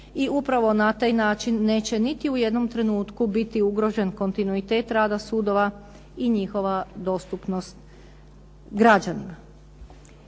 i upravo na taj način neće niti u jednom trenutku biti ugrožen kontinuitet rada sudova i njihova dostupnost građanima.